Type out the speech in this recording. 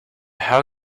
how